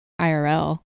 IRL